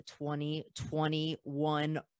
2021